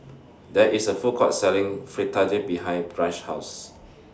There IS A Food Court Selling Fritada behind Branch's House